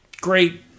Great